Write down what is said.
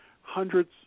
hundreds